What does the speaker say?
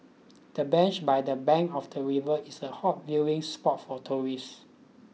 the bench by the bank of the river is a hot viewing spot for tourists